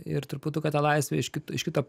ir truputuką tą laisvę iš kit iš kito